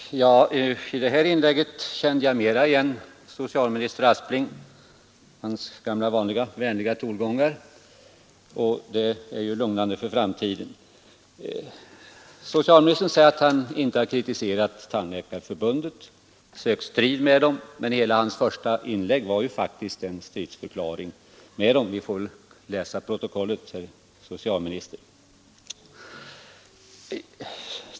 Herr talman! I det senaste inlägget kände jag mera igen socialminister Asplings gamla vanliga vänliga tongångar, och det är ju lugnande för framtiden. Socialministern säger att han inte har kritiserat Tandläkarförbundet eller sökt strid med det, men hela hans första anförande var ju en stridsförklaring mot detta förbund. Vi får väl läsa vad som står i protokollet, herr socialminister.